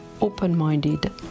open-minded